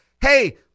hey